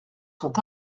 sont